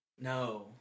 No